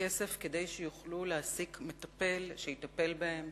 כסף כדי שיוכלו להעסיק מטפל שיטפל בהם